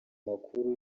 makuru